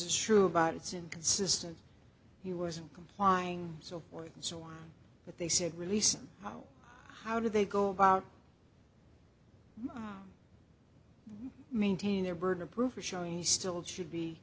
is true about it's inconsistent he wasn't complying so forth and so on but they said release and how how do they go about maintaining their burden of proof or showing he still should be